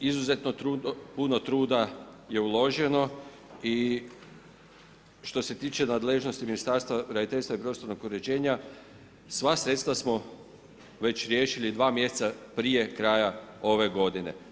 Izuzetno puno truda je uloženo i što se tiče nadležnosti Ministarstva graditeljstva i prostornog uređenja, sva sredstva smo već riješili, 2 mjeseca prije kraja ove godine.